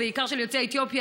ובעיקר של יוצאי אתיופיה,